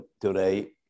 today